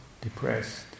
depressed